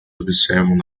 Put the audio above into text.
observam